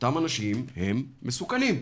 שאותם אנשים הם מסוכנים.